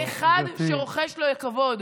אין אחד שרוחש לו כבוד.